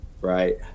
Right